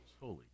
holy